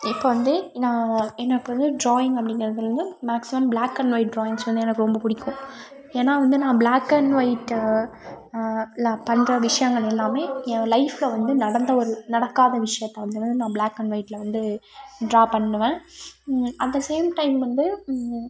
இப்போ வந்து நான் எனக்கு வந்து டிராயிங் அப்படிங்கிறதுல வந்து maximum black and white drawings வந்து எனக்கு ரொம்ப பிடிக்கும் ஏன்னா வந்து நான் பிளாக் அண்ட் வொயிட்டு பண்ணுற விஷியங்கள் எல்லாமே என் லைஃப்பில் வந்து நடந்த ஒரு நடக்காத விஷியத்தை வந்து தான் நான் பிளாக் அண்ட் வொயிட்டில் வந்து டிரா பண்ணுவேன் அட் தி சேம் டைம் வந்து